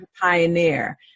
pioneer